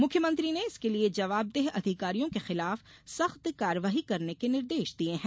मुख्यमंत्री ने इसके लिए जवाबदेह अधिकारियों के खिलाफ सख्त कार्यवाही करने के निर्देश दिए हैं